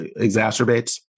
exacerbates